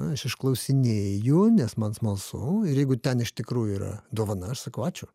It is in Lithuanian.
aš išklausinėju nes man smalsu ir jeigu ten iš tikrųjų yra dovana aš sakau ačiū